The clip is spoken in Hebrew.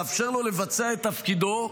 ולאפשר לו לבצע את תפקידו,